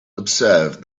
observe